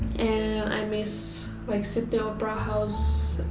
and i miss like sydney opera house,